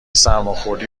سرماخوردی